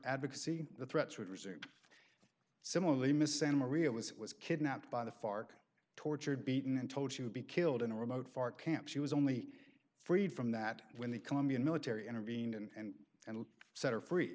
advocacy the threats would resume similarly miss santa maria was it was kidnapped by the fark tortured beaten and told to be killed in a remote far camp she was only freed from that when the colombian military intervened and and set her free